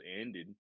ended